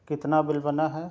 کتنا بل بنا ہے